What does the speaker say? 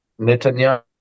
netanyahu